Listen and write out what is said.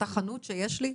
חנות שיש לי,